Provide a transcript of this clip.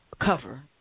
cover